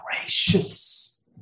gracious